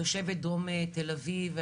תושבת דרום תל אביב.